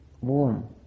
warm